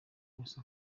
wese